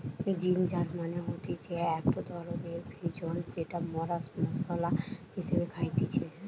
ginger মানে হতিছে একটো ধরণের ভেষজ যেটা মরা মশলা হিসেবে খাইতেছি